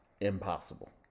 impossible